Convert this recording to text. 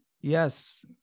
Yes